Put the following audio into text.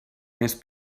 més